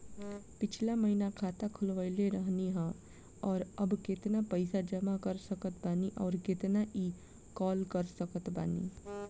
पिछला महीना खाता खोलवैले रहनी ह और अब केतना पैसा जमा कर सकत बानी आउर केतना इ कॉलसकत बानी?